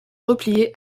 replier